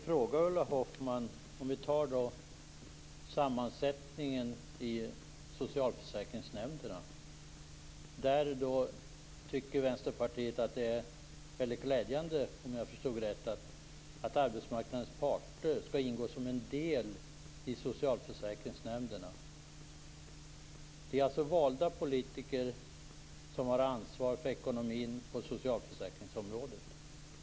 Fru talman! Låt oss se på sammansättningen i socialförsäkringsnämnderna. Där tycker Vänsterpartiet att det är glädjande att arbetsmarknadens parter skall ingå som en del i socialförsäkringsnämnderna. Valda politiker har ansvar för ekonomin på socialförsäkringsområdet.